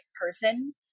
person